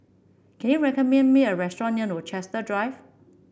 can you recommend me a restaurant near Rochester Drive